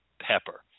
pepper